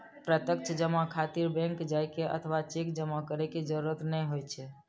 प्रत्यक्ष जमा खातिर बैंक जाइ के अथवा चेक जमा करै के जरूरत नै होइ छै